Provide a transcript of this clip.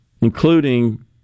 including